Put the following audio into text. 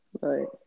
Right